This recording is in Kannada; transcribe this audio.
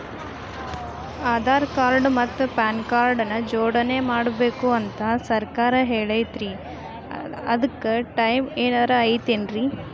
ಆಧಾರ ಮತ್ತ ಪಾನ್ ಕಾರ್ಡ್ ನ ಜೋಡಣೆ ಮಾಡ್ಬೇಕು ಅಂತಾ ಸರ್ಕಾರ ಹೇಳೈತ್ರಿ ಅದ್ಕ ಟೈಮ್ ಏನಾರ ಐತೇನ್ರೇ?